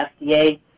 FDA